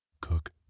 cook